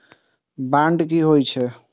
Bond की होई छै?